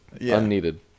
unneeded